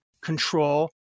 control